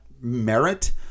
merit